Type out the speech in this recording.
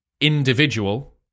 individual